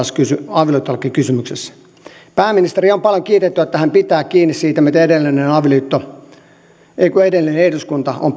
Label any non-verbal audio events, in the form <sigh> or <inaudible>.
avioliittolakikysymyksessä pääministeriä on paljon kiitetty että hän pitää kiinni siitä mitä edellinen eduskunta on <unintelligible>